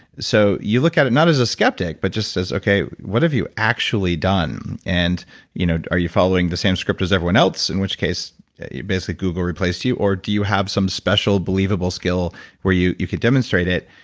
so, you look at it not as a skeptic, but just says, okay, what have you actually done? and you know are you following the same script as everyone else? in which case, a basic google replace you, or do you have some special believable skill where you you can demonstrate it?